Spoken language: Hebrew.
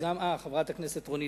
אתן